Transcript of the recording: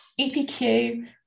EPQ